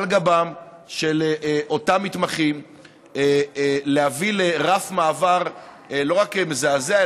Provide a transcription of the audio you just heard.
על גבם של אותם מתמחים להביא לרף מעבר לא רק מזעזע,